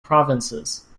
provinces